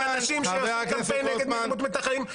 אנשים שעושים קמפיין נגד אלימות מתנחלים.